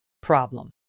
problem